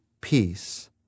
peace